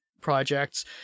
projects